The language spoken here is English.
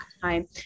time